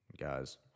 guys